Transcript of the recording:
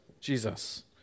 Jesus